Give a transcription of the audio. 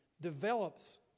develops